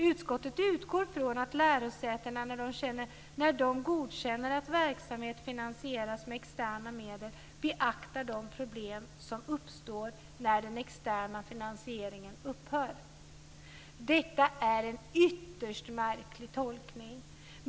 Utskottet utgår från att lärosätena, när de godkänner att verksamhet finansieras med externa medel, beaktar de problem som kan uppstå när den externa finansieringen upphör." Det är en ytterst märklig tolkning.